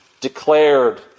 Declared